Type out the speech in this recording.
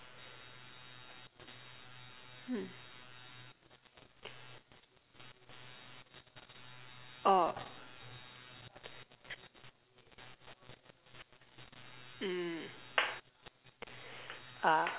hmm oh mm ah